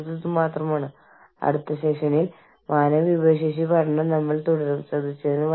കൂടാതെ അടുത്ത പ്രഭാഷണത്തിൽ അന്താരാഷ്ട്ര എച്ച്ആർഎമ്മിനുള്ള വെല്ലുവിളികളെക്കുറിച്ച് നമ്മൾ സംസാരിക്കും